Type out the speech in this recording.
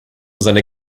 seine